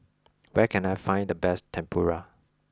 where can I find the best Tempura